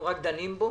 אנחנו רק דנים בו,